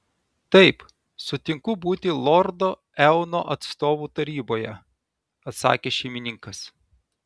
taip sutinku būti lordo eono atstovu taryboje atsakė šeimininkas